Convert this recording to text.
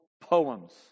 poems